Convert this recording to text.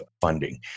funding